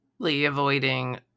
avoiding